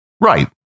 Right